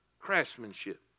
craftsmanship